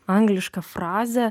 anglišką frazę